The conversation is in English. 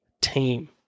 team